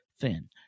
thin